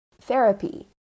therapy